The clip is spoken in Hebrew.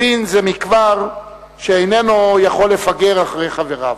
הבין זה כבר שאיננו יכול לפגר אחרי חבריו.